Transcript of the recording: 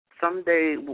Someday